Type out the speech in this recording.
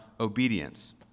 obedience